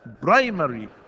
primary